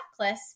checklist